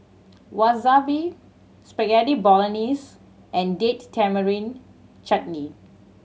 Wasabi Spaghetti Bolognese and Date Tamarind Chutney